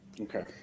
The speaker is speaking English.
okay